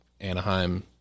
Anaheim